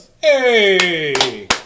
Hey